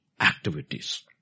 activities